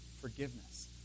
forgiveness